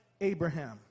Abraham